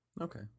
Okay